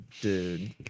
Dude